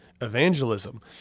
evangelism